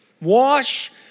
Wash